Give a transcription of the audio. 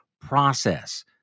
process